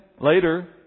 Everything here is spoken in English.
later